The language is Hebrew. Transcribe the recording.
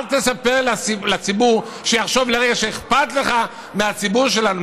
אל תספר לציבור שיחשוב לרגע שאכפת לך מהציבור שלנו,